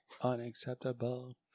Unacceptable